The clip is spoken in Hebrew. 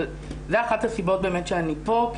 זו אחת הסיבות באמת שאני פה,